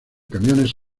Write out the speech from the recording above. camiones